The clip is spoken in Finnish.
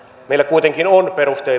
kuitenkin on